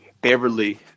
Beverly